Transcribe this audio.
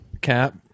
cap